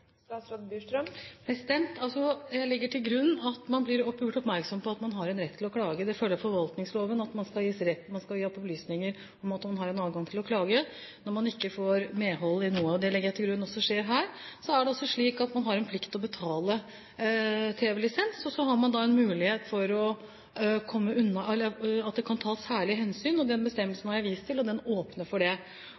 Jeg legger til grunn at man blir gjort oppmerksom på at man har en rett til å klage. Det følger av forvaltningsloven at man skal gi opplysninger om adgangen til å klage når man ikke får medhold. Det legger jeg til grunn at også skjer her. Det er slik at man har en plikt til å betale tv-lisens. Det er en mulighet for å ta særlige hensyn. Den bestemmelsen har jeg vist til, og den åpner for det. Jeg legger til grunn at vedkommende klager og får klagen behandlet på riktig og vanlig måte av NRK og Medietilsynet. Utover det